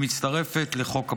היא מתווספת לחוק הפרוטקשן,